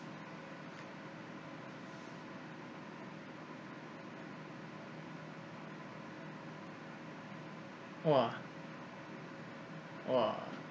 !wah! !wah!